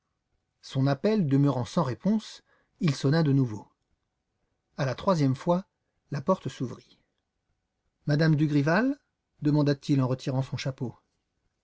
son appel demeurant sans réponse il sonna de nouveau à la troisième fois la porte s'ouvrit m me dugrival demanda-t-il en retirant son chapeau